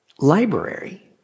library